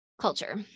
Culture